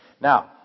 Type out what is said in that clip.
Now